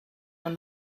when